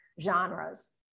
genres